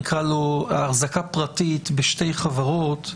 נקרא לו - החזקה פרטית בשתי חברות,